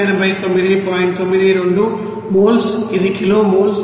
92 moles ఇది kilo moles